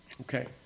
Okay